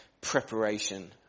preparation